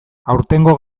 aurtengo